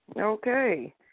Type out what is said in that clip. Okay